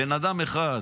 בן אדם אחד